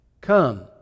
come